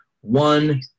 one